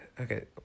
Okay